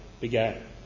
began